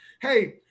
Hey